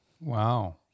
Wow